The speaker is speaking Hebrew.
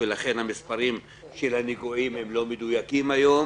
ולכן מספר הנגועים לא מדויק היום.